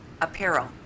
Apparel